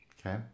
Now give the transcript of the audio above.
Okay